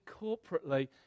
corporately